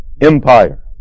empire